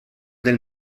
del